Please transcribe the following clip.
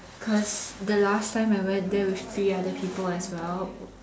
because the last time I went there was three other people as well